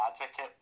advocate